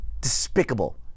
despicable